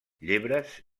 llebres